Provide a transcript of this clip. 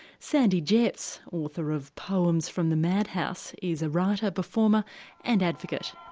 sandy jeffs, author of poems from the madhouse is a writer, performer and advocate.